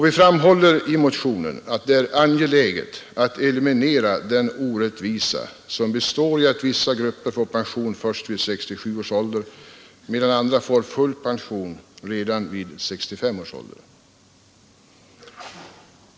Vi framhåller i motionen att det är angeläget att eliminera den orättvisa som består i att vissa grupper får pension först vid 67 års ålder medan andra får full pension redan vid 65 års ålder.